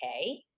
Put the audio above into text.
okay